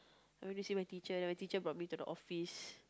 I went to see my teacher then my teacher brought me to the office